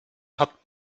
hat